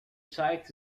site